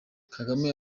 kagame